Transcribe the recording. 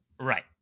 Right